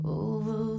over